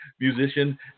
musician